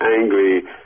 angry